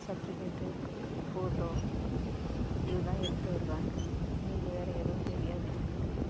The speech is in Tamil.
செர்டிஃபிகேட் ஃபோட்டோ இது தான் எடுத்துகிட்டு வருவாங்க மீதி வேறு எதுவும் தெரியாது எங்களுக்கு